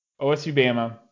OSU-Bama